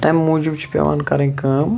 تمہِ موٗجوٗب چھِ پیٚوان کرٕنۍ کٲم